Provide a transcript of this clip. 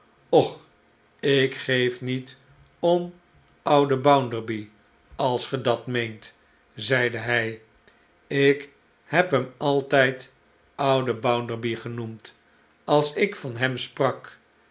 och ik geef niet om ouden bounderby als ge dat meent zeide hij ik heb hem altijd ouden bounderby genoemd als ik van hem sprak